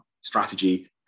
strategy